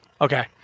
Okay